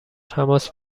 تماس